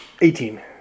eighteen